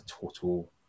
total